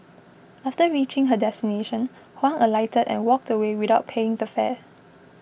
after reaching her destination Huang alighted and walked away without paying the fare